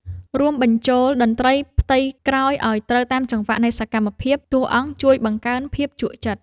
រួមបញ្ចូលតន្ត្រីផ្ទៃក្រោយឱ្យត្រូវតាមចង្វាក់នៃសកម្មភាពតួអង្គជួយបង្កើនភាពជក់ចិត្ត។